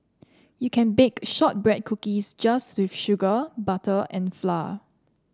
you can bake shortbread cookies just with sugar butter and flour